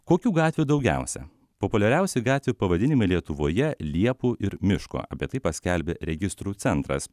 kokių gatvių daugiausiai populiariausi gatvių pavadinimai lietuvoje liepų ir miško bet tai paskelbė registrų centras